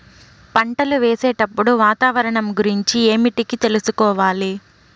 పంటలు వేసేటప్పుడు వాతావరణం గురించి ఏమిటికి తెలుసుకోవాలి?